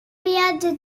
viatge